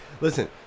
Listen